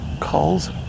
calls